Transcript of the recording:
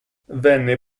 venne